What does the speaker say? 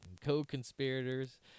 co-conspirators